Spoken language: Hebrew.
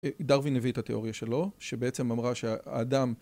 דרווין הביא את התיאוריה שלו שבעצם אמרה שהאדם